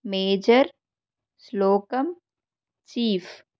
major శ్లోకం chief